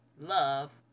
love